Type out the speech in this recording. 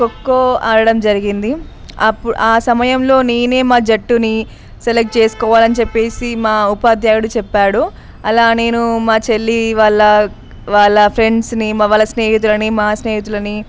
ఖోఖో ఆడడం జరిగింది అప్పు ఆ సమయంలో నేనే మా జట్టుని సెలెక్ట్ చేసుకోవాలని చెప్పేసి మా ఉపాధ్యాయుడు చెప్పాడు అలా నేను మా చెల్లి వాళ్ళ వాళ్ళ ఫ్రెండ్స్ని వాళ్ళ స్నేహితులని మా స్నేహితులని